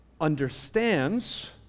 understands